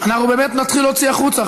אנחנו באמת נתחיל להוציא החוצה,